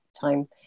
time